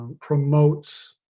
promotes